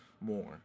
more